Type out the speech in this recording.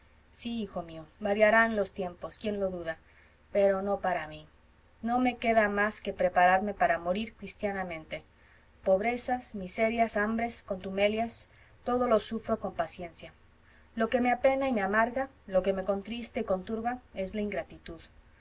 sí hijo mío variarán los tiempos quién lo duda pero no para mí no me queda más que prepararme para morir cristianamente pobrezas miserias hambres contumelias todo lo sufro con paciencia lo que me apena y me amarga lo que me contrista y conturba es la ingratitud